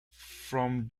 from